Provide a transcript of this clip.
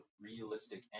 realistic